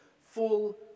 full